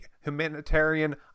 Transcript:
humanitarian